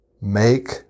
Make